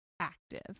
active